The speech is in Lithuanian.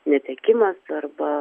netekimas arba